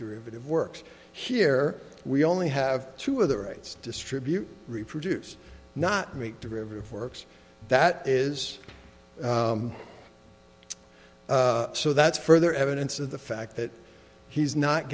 derivative work here we only have two other rights distribute reproduce not make derivative works that is so that's further evidence of the fact that he's not